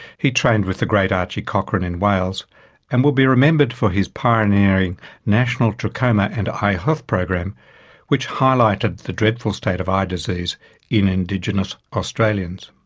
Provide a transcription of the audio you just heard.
he trained with the great archie cochrane in wales and will be remembered for his pioneering national trachoma and eye health program which highlighted the dreadful state of eye disease in indigenous australians.